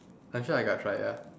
actually I got try it ya